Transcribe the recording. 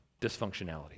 dysfunctionality